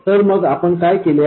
तर मग आपण काय केले होते